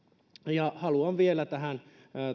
haluan tähän